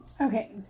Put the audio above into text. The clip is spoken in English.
Okay